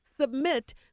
Submit